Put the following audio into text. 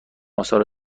آثار